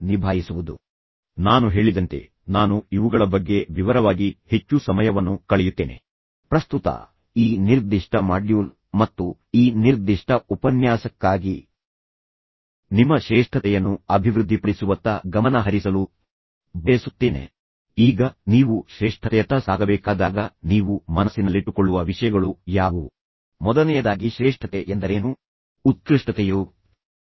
ಸಂಘರ್ಷಗಳನ್ನು ಪರಿಹರಿಸಲು ನಾನು ಹೇಳಿದ ಕೆಲವು ಅಂಶಗಳನ್ನು ನೀವು ನೆನಪಿಟ್ಟು ಕೊಂಡಿದ್ದೀರಿ ಎಂದು ನಾನು ಭಾವಿಸುತ್ತೇನೆ ನೀವು ಅನುಕೂಲಕರ ವಾತಾವರಣವನ್ನು ಆಯ್ಕೆ ಮಾಡಲು ಬಯಸುತ್ತೀರಿ ನೀವು ಬುದ್ದಿಮತ್ತೆ ಮಾಡಲು ಪ್ರಯತ್ನಿಸಬೇಕು ನೀವು ವಾಸ್ತವವಾಗಿ ಈ ವಿಷಯವನ್ನು ವಿಂಗಡಿಸಲು ಪ್ರಯತ್ನಿಸುವ ಮೊದಲು ಸತ್ಯಗಳನ್ನು ಪಡೆಯಿರಿ ನೀವು ಸಕ್ರಿಯವಾಗಿ ಆಲಿಸಬೇಕು ನೀವು ಸಮಸ್ಯೆಯ ಮೇಲೆ ಗಮನ ಹರಿಸಬೇಕೇ ಹೊರತು ವ್ಯಕ್ತಿಯ ಮೇಲೆ ಅಲ್ಲ